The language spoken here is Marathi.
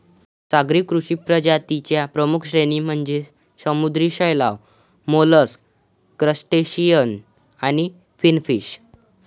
सागरी कृषी प्रजातीं च्या प्रमुख श्रेणी म्हणजे समुद्री शैवाल, मोलस्क, क्रस्टेशियन आणि फिनफिश